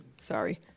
Sorry